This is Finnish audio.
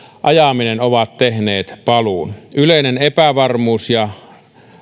ajaminen ovat tehneet paluun yleinen epävarmuus ja